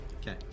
Okay